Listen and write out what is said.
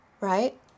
right